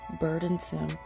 burdensome